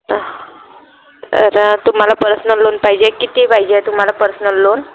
तर तुम्हाला personal loan पाहिजे किती पाहिजे आहे तुम्हाला पर्सनल लोन